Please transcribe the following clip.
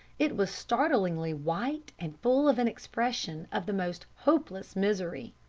it was startlingly white and full of an expression of the most hopeless misery.